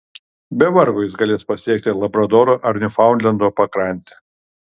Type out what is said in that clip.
be vargo jis galės pasiekti labradoro ar niufaundlendo pakrantę